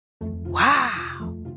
Wow